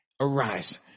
Arise